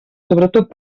sobretot